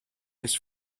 his